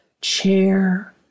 chair